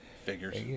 Figures